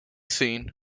scene